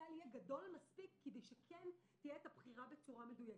שהסל יהיה גדול מספיק כדי שכן תהיה בחירה בצורה מדויקת.